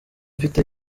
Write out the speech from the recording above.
mfite